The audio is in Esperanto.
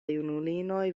junulinoj